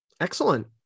excellent